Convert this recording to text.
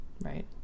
Right